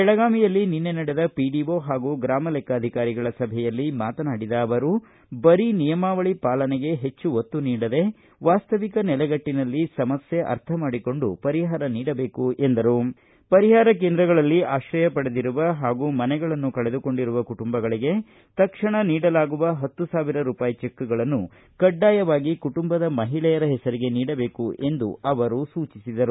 ಬೆಳಗಾವಿಯಲ್ಲಿ ನಿನ್ನೆ ನಡೆದ ಪಿಡಿಓ ಹಾಗೂ ಗ್ರಮ ಲೆಕ್ಕಾಧಿಕಾರಿಗಳ ಸಭೆಯಲ್ಲಿ ಮಾತನಾಡಿದ ಅವರು ಬರೀ ನಿಯಮಾವಳಿ ಪಾಲನೆಗೆ ಹೆಚ್ಚು ಒತ್ತು ನೀಡದೆ ವಾಸ್ತವಿಕ ನೆಲೆಗಟ್ಟನಲ್ಲಿ ಸಮಸ್ಟೆ ಅರ್ಥ ಮಾಡಿಕೊಂಡು ಪರಿಹಾರ ನೀಡಬೇಕು ಎಂದರು ಪರಿಹಾರ ಕೇಂದ್ರಗಳಲ್ಲಿ ಆಶ್ರಯ ಪಡೆದಿರುವ ಹಾಗೂ ಮನೆಗಳನ್ನು ಕಳೆದುಕೊಂಡಿರುವ ಕುಟುಂಬಗಳಿಗೆ ತಕ್ಷಣಕ್ಕೆ ನೀಡಲಾಗುವ ಹತ್ತು ಸಾವಿರ ರೂಪಾಯಿಯ ಚೆಕ್ಗಳನ್ನು ಕಡ್ಡಾಯವಾಗಿ ಕುಟುಂಬದ ಮಹಿಳೆಯರ ಹೆಸರಿಗೆ ನೀಡಬೇಕು ಎಂದು ಅವರು ಹೇಳಿದರು